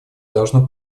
должно